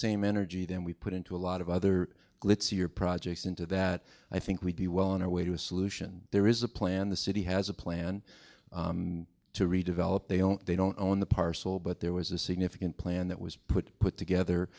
same energy then we put into a lot of other glitzy your projects into that i think we'd be well on our way to a solution there is a plan the city has a plan to redevelop they don't they don't own the parcel but there was a significant plan that was put put together